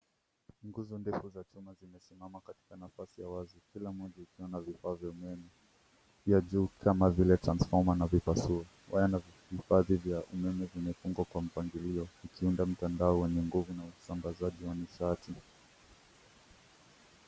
Nguzo ndefu za chuma zimesimama katika nafasi ya wazi kila moja likiwa na vifaa vya umeme ya juu kama vile transfoma na vipasuo. Waya na vifaa vya umeme vimefungwa kwa mpangilio ikiunda mtandao wenye nguvu na usambazaji wa nishati.